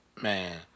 Man